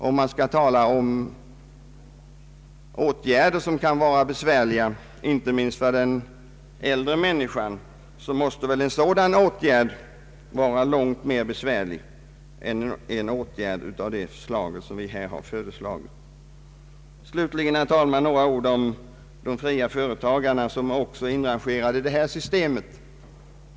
Om man skall tala om åtgärder som är besvärliga för äldre människor, måste väl en sådan åtgärd vara långt värre än en lösning av det slag vi föreslår. Slutligen, herr talman, några ord om de fria företagarna, som också är inrangerade i detta system.